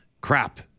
Crap